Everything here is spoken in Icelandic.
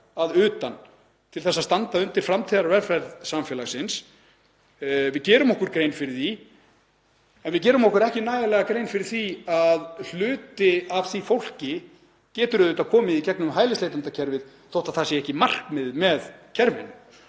að utan til þess að standa undir framtíðarvelferð samfélagsins. Við gerum okkur grein fyrir því en við gerum okkur ekki nægilega grein fyrir því að hluti af því fólki getur auðvitað komið í gegnum hælisleitendakerfið þótt það sé ekki markmiðið með kerfinu.